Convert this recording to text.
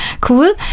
cool